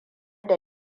da